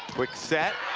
pick set,